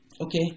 okay